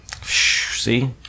see